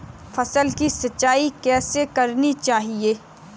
फसल की सिंचाई कैसे करनी चाहिए?